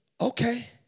Okay